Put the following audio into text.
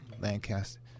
Lancaster